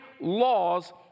laws